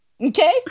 Okay